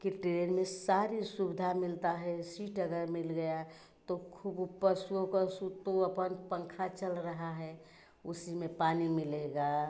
कि ट्रेन में सारी सुविधा मिलता है सीट अगर मिल गया तो खूब ऊपर सोकर सुत्तो अपन पंखा चल रहा है उसी में पानी मिलेगा